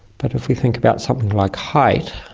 but if we think about something like height,